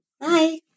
Bye